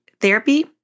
therapy